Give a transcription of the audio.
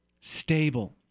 stable